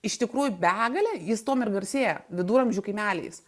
iš tikrųjų begalę jis tuom ir garsėja viduramžių kaimeliais